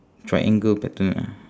triangle pattern ah